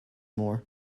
more